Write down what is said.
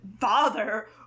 father